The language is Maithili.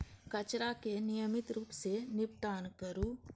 कचरा के नियमित रूप सं निपटान करू